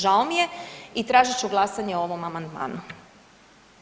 Žao mi je i tražit ću glasanje o ovom amandmanu.